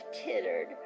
tittered